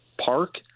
Park